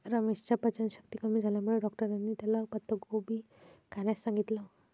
रमेशच्या पचनशक्ती कमी झाल्यामुळे डॉक्टरांनी त्याला पत्ताकोबी खाण्यास सांगितलं